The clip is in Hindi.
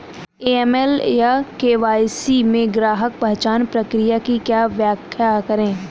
ए.एम.एल या के.वाई.सी में ग्राहक पहचान प्रक्रिया की व्याख्या करें?